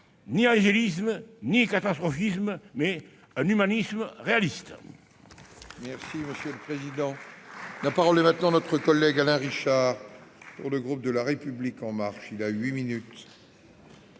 ni angélisme ni catastrophisme, mais plutôt un humanisme réaliste